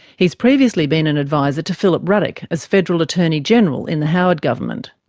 he has previously been an advisor to philip ruddock as federal attorney general in the howard government.